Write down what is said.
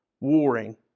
warring